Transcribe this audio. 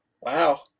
Wow